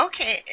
Okay